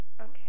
Okay